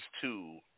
two